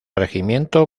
regimiento